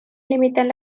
limitant